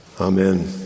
Amen